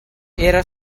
era